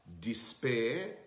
despair